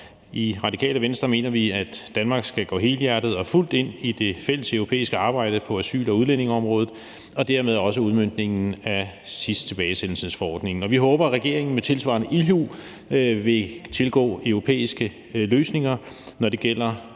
I Radikale Venstre mener vi, at Danmark skal gå helhjertet og fuldt ind i det fælleseuropæiske arbejde på asyl- og udlændingeområdet og dermed også i udmøntningen af SIS-tilbagesendelsesforordningen. Vi håber, at regeringen med tilsvarende ildhu vil tilgå europæiske løsninger, når det gælder